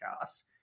cast